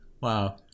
wow